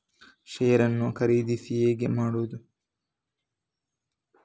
Share ನ್ನು ಖರೀದಿ ಹೇಗೆ ಮಾಡುವುದು?